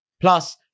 Plus